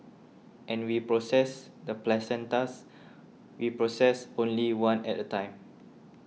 and we process the placentas we process only one at a time